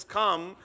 come